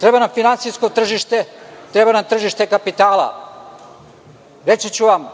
Treba nam finansijsko tržište, treba nam tržište kapitala. Reći ću vam,